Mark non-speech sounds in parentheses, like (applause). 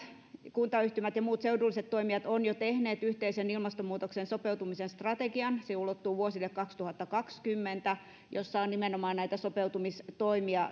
kuntayhtymät ja muut seudulliset toimijat ovat jo tehneet yhteisen ilmastonmuutokseen sopeutumisen strategian se ulottuu vuodelle kaksituhattakaksikymmentä ja siinä on nimenomaan näitä sopeutumistoimia (unintelligible)